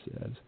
says